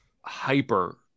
hyper